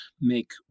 make